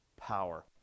power